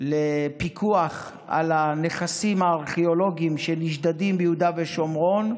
לפיקוח על הנכסים הארכיאולוגיים שנשדדים ביהודה ושומרון,